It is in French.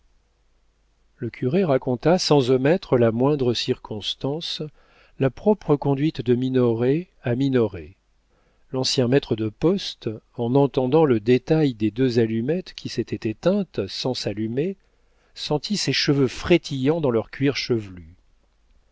le curé raconta sans omettre la moindre circonstance la propre conduite de minoret à minoret l'ancien maître de poste en entendant le détail des deux allumettes qui s'étaient éteintes sans s'allumer sentit ses cheveux frétillant dans leur